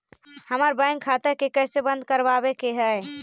हमर बैंक खाता के कैसे बंद करबाबे के है?